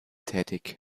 tätig